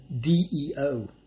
D-E-O